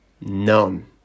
None